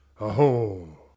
Aho